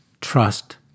trust